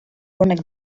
honek